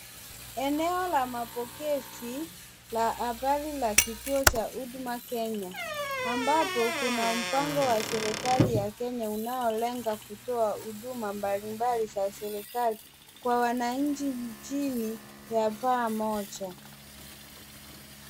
Eneo la mapokezi la habari la kituo cha Huduma Kenya, ambapo kuna mpango wa serikali ya Kenya unaolenga kutoa huduma mbalimbali za serikali, kwa wananchi nchini ya paa moja.